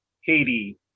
Haiti